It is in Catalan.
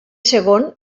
segon